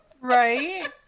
right